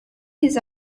his